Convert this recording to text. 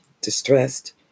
distressed